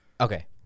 Okay